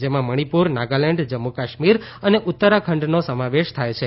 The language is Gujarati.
જેમાં મણિપુર નાગાલેન્ડ જમ્મુ કાશ્મીર અને ઉત્તરાખંડનો સમાવેશ થાય છે